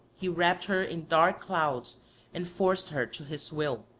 he wrapped her in dark clouds and forced her to his will.